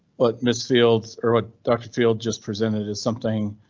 but miss fields, or what doctor field just presented is something.